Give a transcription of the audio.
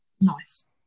nice